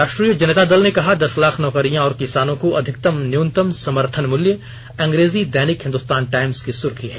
राष्ट्रीय जनता दल ने कहा दस लाख नौकरियां और किसानों को अधिकतम न्यूनतम समर्थन मूल्य अंग्रेजी दैनिक हिंदुस्तान टाइम्स की सुर्खी है